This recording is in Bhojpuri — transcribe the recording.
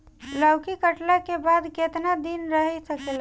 लौकी कटले के बाद केतना दिन रही सकेला?